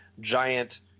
giant